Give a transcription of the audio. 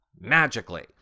Magically